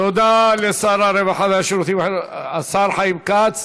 תודה לשר הרווחה והשירותים החברתיים, השר חיים כץ.